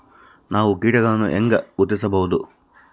ನಾವು ಕೇಟಗಳನ್ನು ಹೆಂಗ ಗುರ್ತಿಸಬಹುದು?